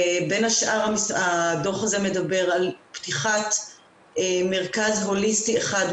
בין השאר הדוח הזה מדבר על פתיחת מרכז הוליסטי אחד,